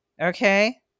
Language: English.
okay